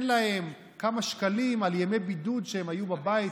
להם כמה שקלים על ימי בידוד שהם היו בבית,